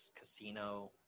casino